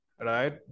Right